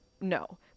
no